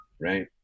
right